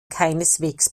keineswegs